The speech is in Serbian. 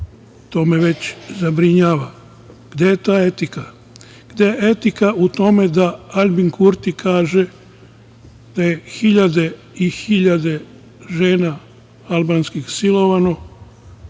to me već zabrinjava. Gde je ta etika? Gde je etika u tome da Aljbin Kurti kaže da je hiljade i hiljade žena albanskih silovano,